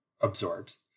absorbs